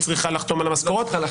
היא צריכה לחתום על המשכורות.